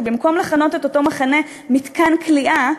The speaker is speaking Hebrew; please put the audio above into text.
ובמקום לכנות את אותו מחנה "מתקן כליאה",